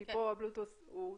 כי פה ה-Bluetooth הוא כאן.